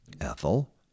Ethel